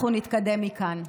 אנחנו נתקדם מכאן.